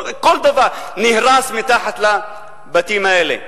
כל דבר נהרס מתחת לבתים האלה.